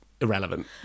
irrelevant